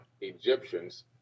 Egyptians